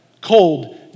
cold